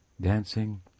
dancing